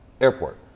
airport